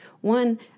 One